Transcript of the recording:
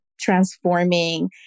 transforming